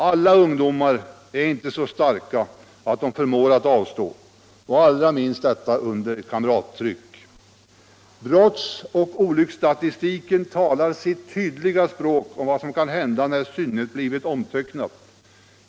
Alla ungdomar är inte så starka att de förmår att avstå, och allra minst under kamrattryck. Brottoch olycksstatistiken talar sitt tydliga språk om vad som kan hända när sinnet blivit omtöcknat.